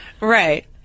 Right